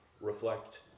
reflect